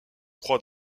croix